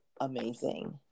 amazing